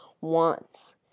wants